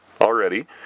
already